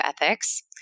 ethics